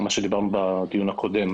דיברנו בדיון הקודם.